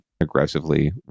aggressively